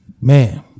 man